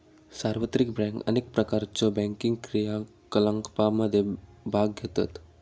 सार्वत्रिक बँक अनेक प्रकारच्यो बँकिंग क्रियाकलापांमध्ये भाग घेतत